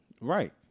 Right